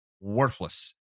worthless